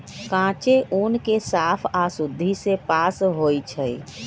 कांचे ऊन के साफ आऽ शुद्धि से पास होइ छइ